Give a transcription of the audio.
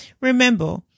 Remember